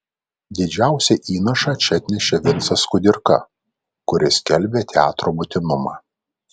didžiausią įnašą čia atnešė vincas kudirka kuris skelbė teatro būtinumą